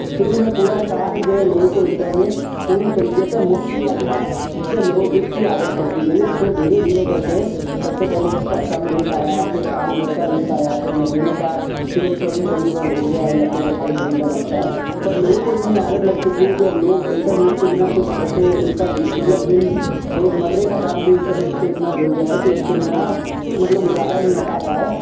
شروع میں پورا سال جو ہے لوگوں کو انٹرنیٹ پوری طریقے سے مفت دیا گیا جس سے لوگوں کی اس کی عادت پڑتی گئی اور پھر دھیرے دھیرے کر کے سب سے پہلے اس کا کم ریٹ آیا پھر سال بھر کا ریٹ آیا پھر مہینے کا تین سو کے قریب اب ہو گیا ہے لگ بھگ اٹھائیس دن کا لگتا ہے پر لوگوں کو اتنی عادت لگ چکی ہے کہ اب لوگ انٹرنیٹ کے بنا کچھ ایسے ان کا جی مطلب دن روزمرے کا کام بھی انٹرنیٹ سے اتنا جڑ گیا ہے کہ اس کے بنا مطلب گزارا نہیں ہو پاتا ہے